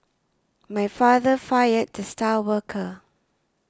my father fired the star worker